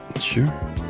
Sure